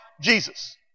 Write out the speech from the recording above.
Jesus